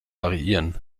variieren